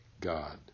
God